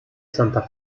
santa